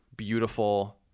beautiful